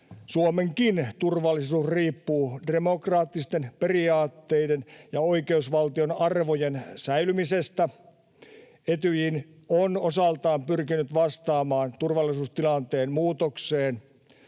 Suomenkin turvallisuus riippuu demokraattisten periaatteiden ja oikeusvaltion arvojen säilymisestä. Etyj on osaltaan pyrkinyt vastaamaan turvallisuustilanteen muutokseen.